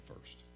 first